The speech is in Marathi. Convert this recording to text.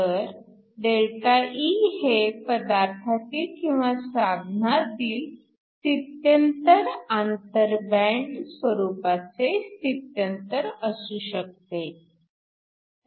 तर ΔE हे पदार्थातील किंवा साधनातील स्थित्यंतर आंतरबँड स्वरूपाचे स्थित्यंतर असू शकते